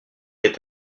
est